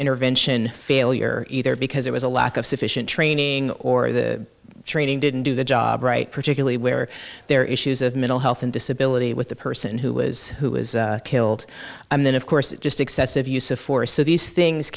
intervention failure either because there was a lack of sufficient training or the training didn't do the job right particularly where there are issues of mental health and disability with the person who was who was killed and then of course just excessive use of force so these things